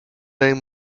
name